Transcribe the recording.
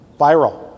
Viral